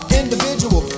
individual